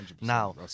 now